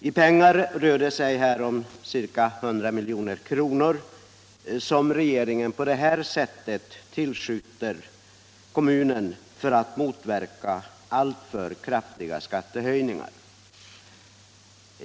I pengar rör det sig om ca 100 milj.kr., som regeringen tillskjuter till kommunen för att motverka alltför kraftiga skattehöjningar.